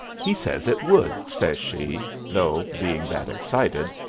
he says it would! says she, though, being that excited,